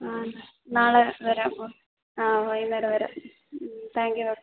ആ നാളെ വരാം ഓ ആ വൈകുന്നേരം വരാം താങ്ക് യൂ ഡോക്ടർ